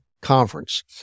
conference